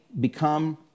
become